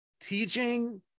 teaching